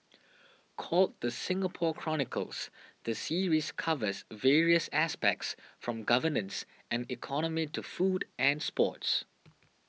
called the Singapore Chronicles the series covers various aspects from governance and economy to food and sports